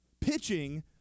Pitching